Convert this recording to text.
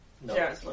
No